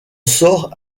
sort